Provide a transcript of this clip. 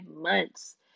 months